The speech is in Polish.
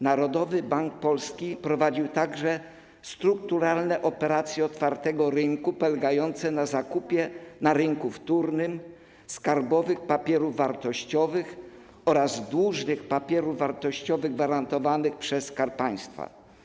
Narodowy Bank Polski prowadził także strukturalne operacje otwartego rynku polegające na zakupie na rynku wtórnym skarbowych papierów wartościowych oraz dłużnych papierów wartościowych gwarantowanych przez Skarb Państwa.